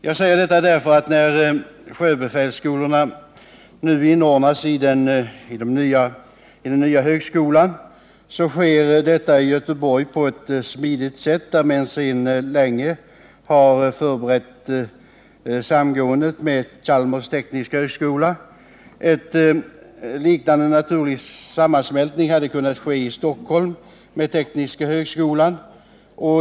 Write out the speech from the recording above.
Jag säger detta därför att när nu sjöbefälsskolorna inordnas i den nya högskolan sker det i Göteborg på ett smidigt sätt, eftersom man sedan länge har förberett samgåendet med Chalmers tekniska högskola. En liknande naturlig sammansmältning hade kunnat ske i Stockholm med Tekniska högskolan.